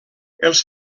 els